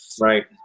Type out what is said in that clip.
Right